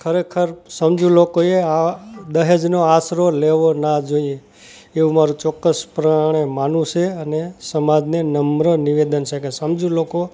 ખરેખર સમજુ લોકોએ આ દહેજનો આશરો લેવો ન જોઈએ એવું મારું ચોક્કસપણે માનવું છે અને સમાજને નમ્ર નિવેદન છે કે સમજુ લોકો